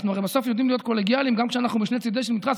הרי בסוף אנחנו יודעים להיות קולגיאליים גם כשאנחנו משני צידי המתרס.